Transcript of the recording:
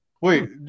Wait